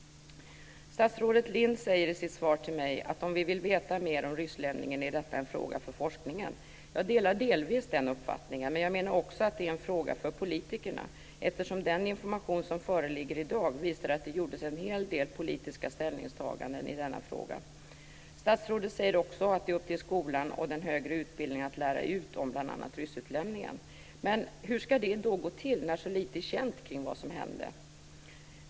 Statsrådet Lindh säger i sitt svar till mig att om vi vill veta mer om ryssutlämningen är detta en fråga för forskningen. Jag delar delvis den uppfattningen. Men jag menar också att det är en fråga för politikerna eftersom den information som föreligger i dag visar att det gjordes en hel del politiska ställningstaganden i denna fråga. Statsrådet säger också att det är upp till skolan och den högre utbildningen att lära ut om bl.a. ryssutlämningen. Men hur ska det gå till när så lite är känt kring vad som hände?